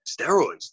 steroids